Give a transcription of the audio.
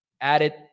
added